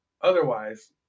otherwise